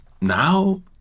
now